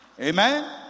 Amen